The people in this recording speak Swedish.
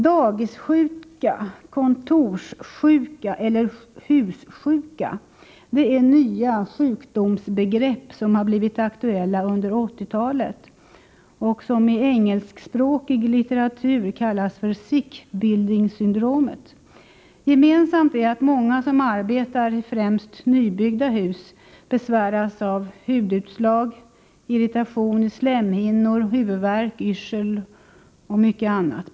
”Dagissjuka”, ”kontorssjuka” eller ”hussjuka” är nya sjukdomsbegrepp som blivit aktuella under 1980-talet och som i engelskspråkig litteratur kallas ”sick building syndrome”. Gemensamt är att många som arbetar i främst nybyggda hus besväras av hudutslag, irritation i slemhinnor, huvudvärk, yrsel och mycket annat.